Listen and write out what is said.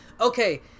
okay